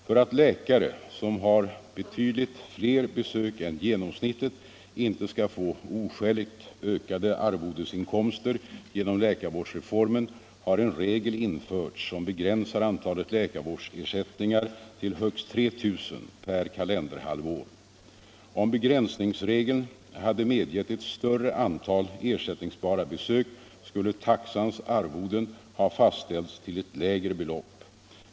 För att läkare som har betydligt fler besök än genomsnittet inte skall få oskäligt ökade arvodesinkomster genom läkarvårdsreformen har en regel införts som begränsar antalet läkarvårdsersättningar till högst 3 000 per kalenderhalvår. Om begränsningsregeln hade medgett ett större antal ersättningsbara besök skulle taxans arvoden ha fastställts till lägre belopp.